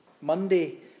Monday